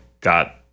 got